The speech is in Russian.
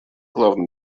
главным